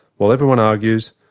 while everyone argues,